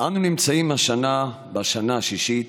אנו נמצאים השנה בשנה השישית.